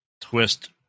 Twist